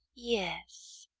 yes,